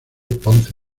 ponce